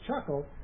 chuckle